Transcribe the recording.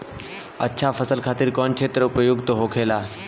अच्छा फसल खातिर कौन क्षेत्र उपयुक्त होखेला?